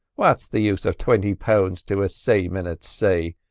what's the use of twenty pound to a sayman at say,